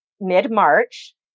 mid-March